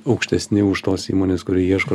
aukštesni už tos įmonės kuri ieško